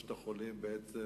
שלושת החולים בעצם